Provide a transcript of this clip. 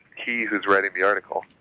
he who's writing the article,